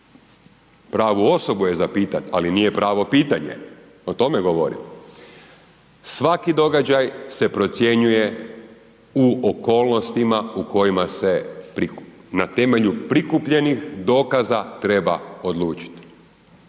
pravu osobu je za pitat ali nije pravo pitanje, o tome govorim. Svaki događaj se procjenjuje u okolnostima u kojima se prikuplja, na temelju prikupljenih dokaza, treba odlučiti.